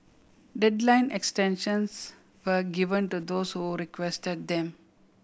deadline extensions were given to those who requested them